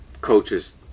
coaches